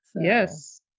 Yes